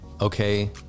okay